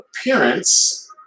appearance